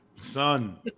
Son